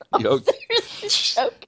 Okay